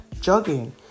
jogging